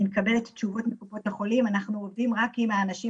מקבלת כאלה תשובות מקופות החולים "..אנחנו עובדים רק עם האנשים